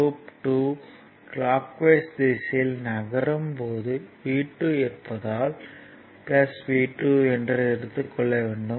loop 2 clockwise திசையில் நகரும் போது V2 இருப்பதால் V2 என்று எடுத்துக் கொள்ள வேண்டும்